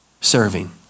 serving